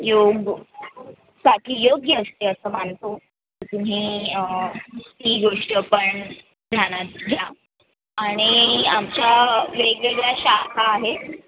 योगसाठी योग्य असते असं मानतो तुम्ही ही गोष्ट पण ध्यानात घ्या आणि आमच्या वेगवेगळ्या शाखा आहेत